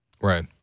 Right